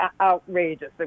outrageous